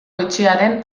etxearen